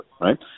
right